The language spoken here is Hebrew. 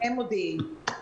הם מודיעים.